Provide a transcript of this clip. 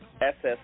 SS